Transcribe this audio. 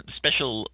special